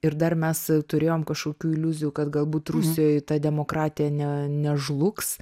ir dar mes turėjom kažkokių iliuzijų kad galbūt rusijoj ta demokratija ne nežlugs